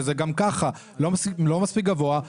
שזה גם ככה לא מספיק גבוה,